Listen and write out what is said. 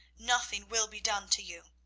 nothing will be done to you.